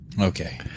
okay